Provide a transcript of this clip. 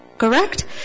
Correct